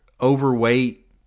overweight